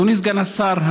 אדוני סגן השר,